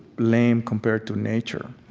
lame, compared to nature